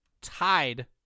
tied